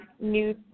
new